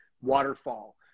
waterfall